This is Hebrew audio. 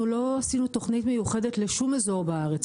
אנחנו לא עשינו תוכנית מיוחדת לשום אזור בארץ.